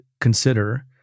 consider